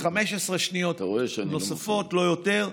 15 שניות נוספות, לא יותר.